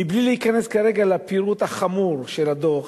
מבלי להיכנס כרגע לפירוט החמור של הדוח,